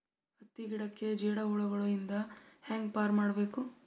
ಹತ್ತಿ ಗಿಡಕ್ಕೆ ಜೇಡ ಹುಳಗಳು ಇಂದ ಹ್ಯಾಂಗ್ ಪಾರ್ ಮಾಡಬೇಕು?